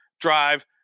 drive